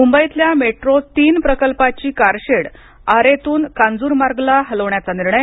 मूंबईतल्या मेट्रो तीन प्रकल्पाची कारशेड आरे तून कांजूरमार्गला हलवण्याचा निर्णय